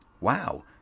Wow